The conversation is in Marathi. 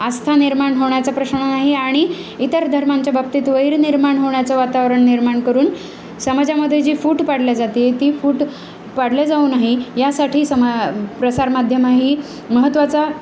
आस्था निर्माण होण्याचा प्रश्न नाही आणि इतर धर्मांच्या बाबतीत वैर निर्माण होण्याचं वातावरण निर्माण करून समाजामध्ये जी फूट पाडल्या जाते ती फूट पाडल्या जाऊ नाही यासाठी समा प्रसारमाध्यम ही महत्त्वाचा